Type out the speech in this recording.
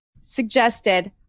suggested